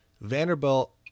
Vanderbilt